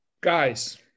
guys